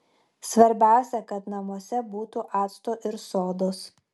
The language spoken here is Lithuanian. svarbiausia kad namuose būtų acto ir sodos